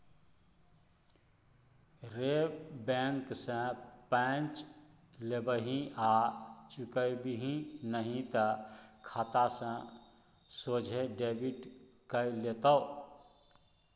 रे बैंक सँ पैंच लेबिही आ चुकेबिही नहि तए खाता सँ सोझे डेबिट कए लेतौ